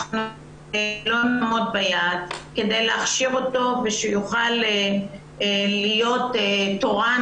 אנחנו לא נעמוד ביעד כדי להכשיר אותו ושיוכל להיות תורן